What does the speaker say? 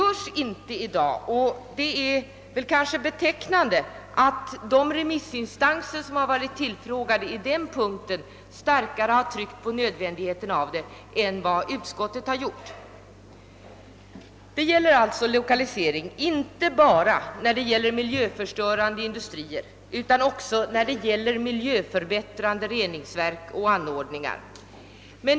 Så sker inte i dag, och det är kanske beteck nande att de remissinstanser som varit tillfrågade härom starkare tryckt på nödvändigheten av en sådan samordning än vad utskottet gjort. Det gäller alltså lokaliseringen inte bara av miljöförstörande industrier utan också av miljöförbättrande reningsverk och andra anordningar.